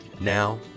Now